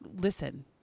listen